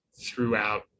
throughout